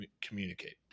communicate